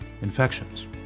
infections